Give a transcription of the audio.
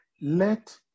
let